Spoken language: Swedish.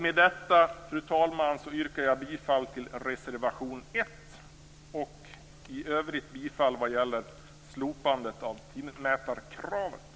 Med det, fru talman, yrkar jag bifall till reservation 1 och i övrigt bifall till utskottets hemställan vad gäller slopandet av timmätarkravet.